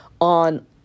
on